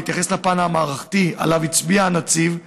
בהתייחס לפן המערכתי שעליו הצביע הנציב,